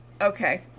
okay